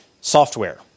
Software